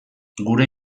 gure